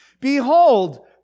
behold